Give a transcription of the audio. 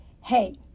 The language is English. hey